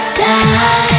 die